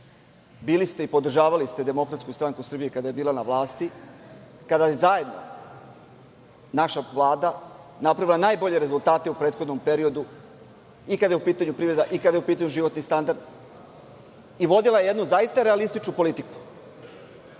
korektno. Podržavali ste DSS kada je bila na vlasti, kada je zajedno naša Vlada napravila najbolje rezultate u prethodnom periodu i kada je u pitanju privreda i kada je u pitanju životni standard i vodila je jednu zaista realističnu politiku.